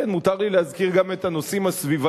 כן, מותר לי להזכיר גם הנושאים הסביבתיים,